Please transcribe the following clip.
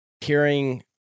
hearing